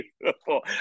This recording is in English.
beautiful